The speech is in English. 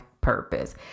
purpose